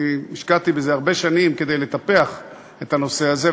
השקעתי בזה הרבה שנים כדי לטפח את הנושא הזה,